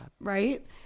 right